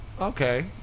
Okay